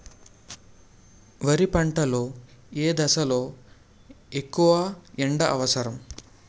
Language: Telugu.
వరి పంట లో ఏ దశ లొ ఎక్కువ ఎండా అవసరం?